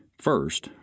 First